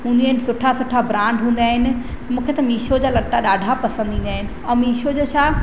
हूंदियूं आहिनि सुठा सुठा ब्रांड हूंदा आहिनि मूंखे त मिशो जा लटा ॾाढा पसंदि ईंदा आहिनि ऐं मिशो जो छा